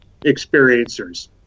experiencers